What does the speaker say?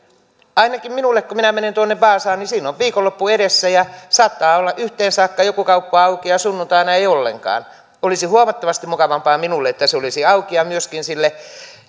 ainakin minulle kun minä menen vaasaan siinä on viikonloppu edessä ja saattaa olla yhteen saakka joku kauppa auki ja sunnuntaina ei ollenkaan olisi huomattavasti mukavampaa minulle että se olisi auki ja myöskin sille